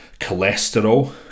cholesterol